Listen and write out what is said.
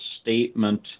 statement